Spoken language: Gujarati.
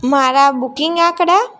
મારા બુકિંગ આંકડા